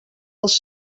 els